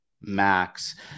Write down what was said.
Max